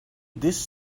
this